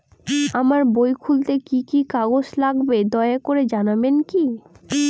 আমার বই খুলতে কি কি কাগজ লাগবে দয়া করে জানাবেন কি?